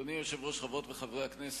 אדוני היושב-ראש, חברות וחברי כנסת,